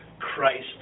Christ